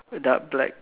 dark black